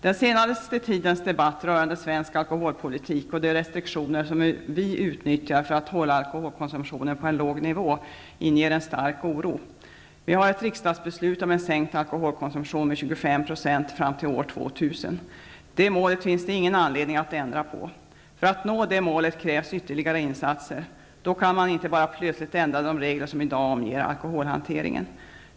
Den senaste tidens debatt rörande svensk alkoholpolitik och de restriktioner som vi utnyttjar för att hålla alkoholkonsumtionen på en låg nivå inger en stark oro. Vi har ett riksdagsbeslut om en sänkt alkoholkonsumtion med 25 % fram till år 2000. Det målet finns det ingen anledning att ändra på. För att nå det målet krävs ytterligare insatser. Då kan man inte bara plötsligt ändra de regler som i dag omger alkoholhanteringen.